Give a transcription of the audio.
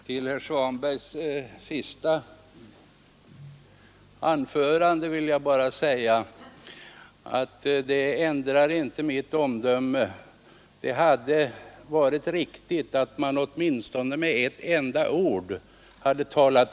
Fru talman! Vad herr Svanberg sade i sitt senaste anförande ändrar inte mitt omdöme. Det hade varit riktigt att man tidigare åtminstone örjningen var ett problem.